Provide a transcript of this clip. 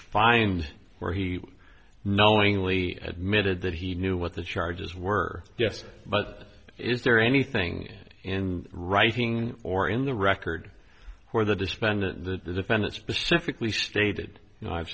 find where he knowingly admitted that he knew what the charges were yes but is there anything in writing or in the record where the despondent that the defendant specifically stated you know i've